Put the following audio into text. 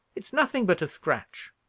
it's nothing but a scratch.